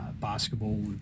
basketball